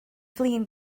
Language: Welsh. flin